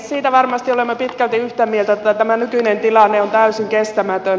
siitä varmasti olemme pitkälti yhtä mieltä että tämä nykyinen tilanne on täysin kestämätön